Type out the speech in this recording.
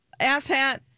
Asshat